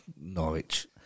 Norwich